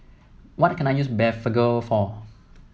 what can I use Blephagel for